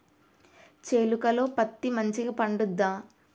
చేలుక లో పత్తి మంచిగా పండుద్దా?